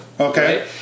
Okay